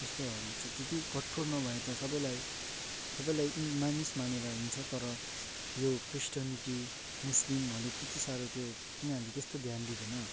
यस्तोहरू चाहिँ त्यति कठोर नभए त सबैलाई सबैलाई मानिस मानेर हिँड्छ तर यो क्रिस्टनिटी मुस्लिमहरूले त्यति साह्रो त्यो तिनीहरूले त्यस्तो ध्यान दिँदैन